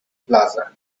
plaza